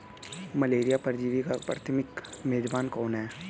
Malaria परजीवी का प्राथमिक मेजबान कौन है?